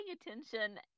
attention